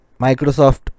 Microsoft